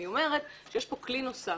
אני אומרת, שיש פה כלי נוסף